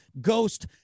Ghost